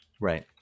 Right